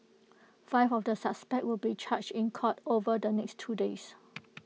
five of the suspects will be charged in court over the next two days